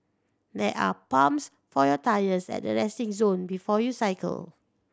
there are pumps for your tyres at the resting zone before you cycle